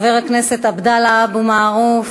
חבר הכנסת עבדאללה אבו מערוף,